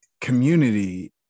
community